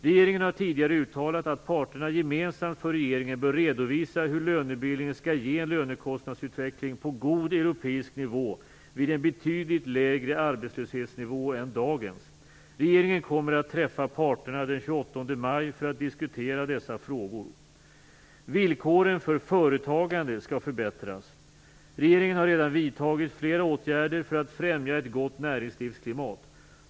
Regeringen har tidigare uttalat att parterna gemensamt för regeringen bör redovisa hur lönebildningen skall ge en lönekostnadsutveckling på god europeisk nivå vid en betydligt lägre arbetslöshetsnivå än dagens. Regeringen kommer att träffa parterna den 28 maj för att diskutera dessa frågor. Villkoren för företagande skall förbättras. Regeringen har redan vidtagit flera åtgärder för att främja ett gott näringslivsklimat.